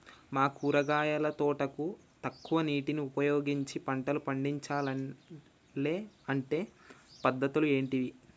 మా కూరగాయల తోటకు తక్కువ నీటిని ఉపయోగించి పంటలు పండించాలే అంటే పద్ధతులు ఏంటివి?